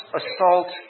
assault